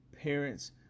Parents